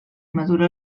madura